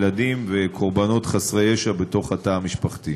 ילדים וקורבנות חסרי ישע בתוך התא המשפחתי.